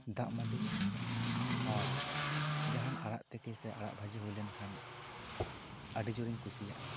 ᱫᱟᱜ ᱢᱟᱹᱰᱤ ᱟᱨ ᱡᱟᱦᱟᱱ ᱟᱲᱟᱜ ᱛᱤᱠᱤ ᱥᱮ ᱟᱲᱟᱜ ᱵᱷᱟᱹᱡᱤ ᱡᱩᱭ ᱞᱮᱱ ᱠᱷᱟᱱ ᱟᱹᱰᱤ ᱡᱳᱨ ᱤᱧ ᱠᱩᱥᱤᱭᱟᱜᱼᱟ